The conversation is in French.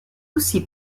aussi